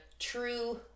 True